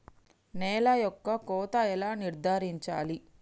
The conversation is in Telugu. నేల యొక్క కోత ఎలా నిర్ధారించాలి?